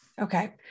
Okay